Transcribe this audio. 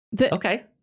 Okay